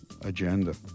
agenda